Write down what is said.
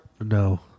No